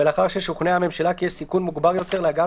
ולאחר ששוכנעה הממשלה כי יש סיכון מוגבר יותר להגעת